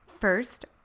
First